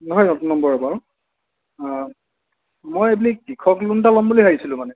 নহয় নতুন নম্বৰ বাৰু মই এই বেলি কৃষক লোন এটা ল'ম বুলি ভাবিছিলো মানে